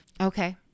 Okay